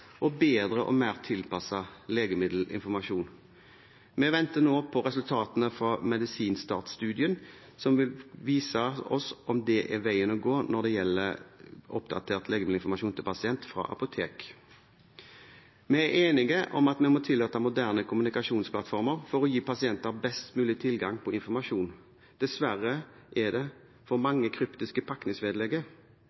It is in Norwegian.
og bedre og mer tilpasset legemiddelinformasjon. Vi venter nå på resultatene fra Medisinstart-studien, som vil vise oss om det er veien å gå når det gjelder oppdatert legemiddelinformasjon til pasient fra apotek. Vi er enige om at vi må tillate moderne kommunikasjonsplattformer for å gi pasienter best mulig tilgang på informasjon. Dessverre er det for